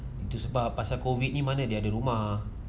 itu sebab pasal COVID ni mana dia ada rumah